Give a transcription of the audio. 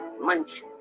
munch